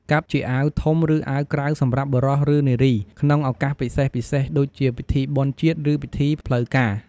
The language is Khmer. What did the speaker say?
កាត់ជាអាវធំ ឬអាវក្រៅ សម្រាប់បុរស ឬនារីក្នុងឱកាសពិសេសៗដូចជាពិធីបុណ្យជាតិ ឬពិធីផ្លូវការ។